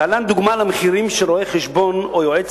"להלן דוגמה למחירים שרואה-חשבון או יועץ